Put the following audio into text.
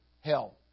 hell